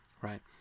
Right